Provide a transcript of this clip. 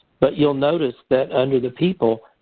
but you'll notice that under the people,